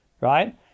right